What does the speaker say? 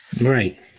right